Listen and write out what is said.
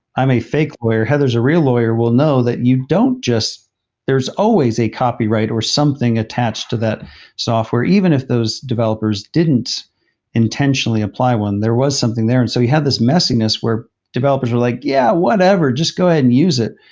i'm a fake lawyer, heather's a real lawyer, will know that you don't just there's always a copyright or something attached to that software even if those developers didn't intentionally apply one. there was something there. and so you have this messiness were developers were like, yeah! whatever. just go ahead and use it,